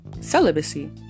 celibacy